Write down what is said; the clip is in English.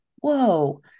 Whoa